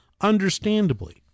understandably